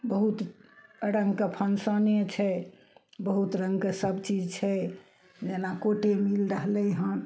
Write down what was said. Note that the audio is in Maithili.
बहुत रङ्गके फंसने छै बहुत रङ्गके सभचीज छै जेना कोटे मिल रहलइ हन